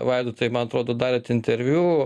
vaidotai man atrodo davėt interviu